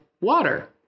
Water